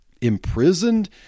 Imprisoned